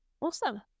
awesome